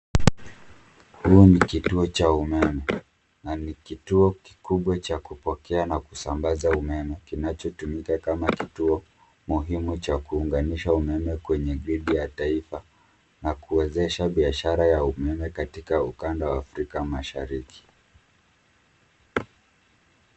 Huo ni kituo cha umeme. Na ni kituo kikubwa cha kupokea na kusambaza umeme, kinachotumika kama kituo muhimu umeme, cha kuunganisha kwenye gredu ya taifa na kuwezesha biashara ya umeme ,katika ukando wa afrika mashariki .